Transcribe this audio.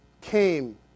came